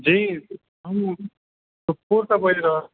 जी सुखपुरसॅं बाजि रहल छी